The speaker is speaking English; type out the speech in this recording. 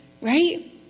Right